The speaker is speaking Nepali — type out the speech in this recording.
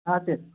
हजुर